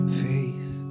face